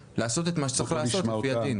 לעשות את מה שהיה צריך לעשות לפי הדין?